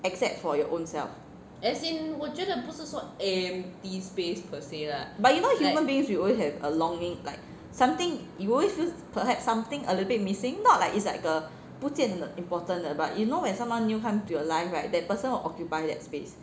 except for your ownself but you know human beings we always have a longing like something you always feel perhaps something a little bit missing not like it's like a 不见得 important 的 but you know when someone new come into your life right that person will occupy that space